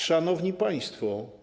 Szanowni Państwo!